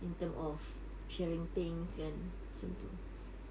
in term of sharing things kan macam tu